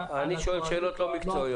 --- אני שואל שאלות לא מקצועיות,